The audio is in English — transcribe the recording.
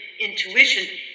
intuition